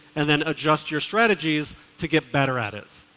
and then adjust your strategies to get better at it.